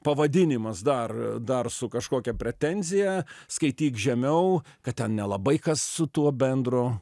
pavadinimas dar dar su kažkokia pretenzija skaityk žemiau kad ten nelabai kas su tuo bendro